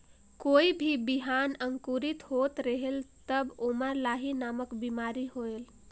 कोई भी बिहान अंकुरित होत रेहेल तब ओमा लाही नामक बिमारी होयल?